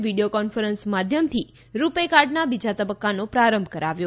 video conference માધ્યમથી રૂપેકાર્ડના બીજા તબકકાનો પ્રારંભ કરાવ્યો